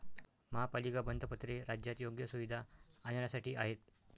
महापालिका बंधपत्रे राज्यात योग्य सुविधा आणण्यासाठी आहेत